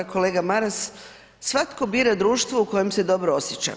Kolega Maras, svatko bira društvo u kojem se dobro osjeća.